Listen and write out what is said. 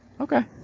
Okay